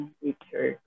teacher